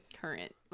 current